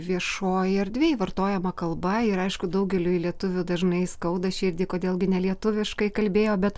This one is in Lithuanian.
viešojoj erdvėj vartojama kalba ir aišku daugeliui lietuvių dažnai skauda širdį kodėl gi ne lietuviškai kalbėjo bet